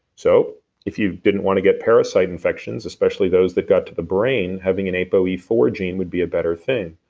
so if you didn't wanna get parasite infections, especially those that got to the brain, having an a p o e four gene would be a better thing.